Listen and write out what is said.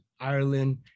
Ireland